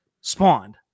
spawned